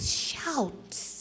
shouts